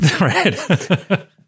right